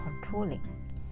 controlling